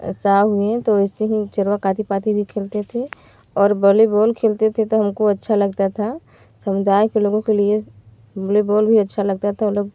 ऐसा हुए तो वैसे ही भी खेलते थे और बॉलीबॉल खेलते थे तो हमको अच्छा लगता था समुदाय के लोगों के लिए वॉलीबॉल भी अच्छा लगता था ओ लोग